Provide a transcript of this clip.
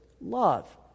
love